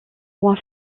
moins